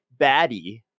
baddie